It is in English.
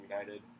United